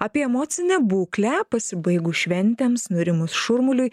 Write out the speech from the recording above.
apie emocinę būklę pasibaigus šventėms nurimus šurmuliui